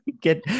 get